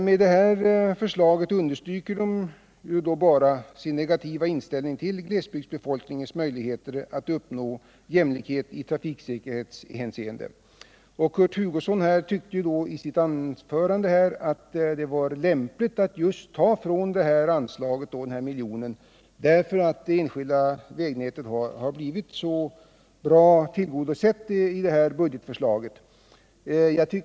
Med detta förslag understryker de bara sin negativa inställning till glesbygdsbefolkningens önskan att uppnå jämlikhet i trafiksäkerhetshänseende. Kurt Hugosson tyckte att det var lämpligt att ta en miljon från just det här anslaget, därför att det enskilda vägnätet har blivit så väl tillgodosett i budgetförslaget.